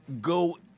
go